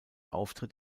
auftritt